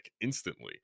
instantly